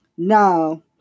Now